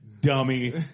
dummy